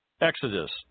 Exodus